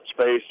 space